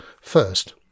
First